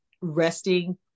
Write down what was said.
resting